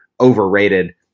overrated